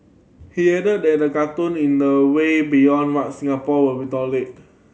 he added that the cartoon in the way beyond what Singapore will doled